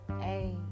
Hey